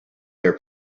their